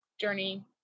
journey